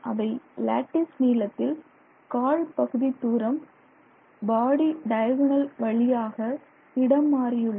அவை லேட்டிஸ் நீளத்தில் கால் பகுதி தூரம் பாடி டயகோணல் வழியாக இடம் மாறியுள்ளன